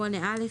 8א,